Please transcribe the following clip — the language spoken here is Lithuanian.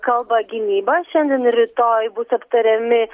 kalba gynyba šiandien ir rytoj bus aptariami